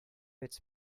its